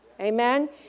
Amen